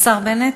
השר בנט?